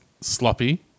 sloppy